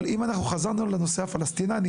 אבל אם חזרנו לנושא הפלשתינאים,